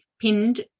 pinned